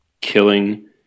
killing